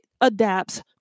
adapts